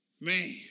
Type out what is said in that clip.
Man